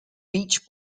beach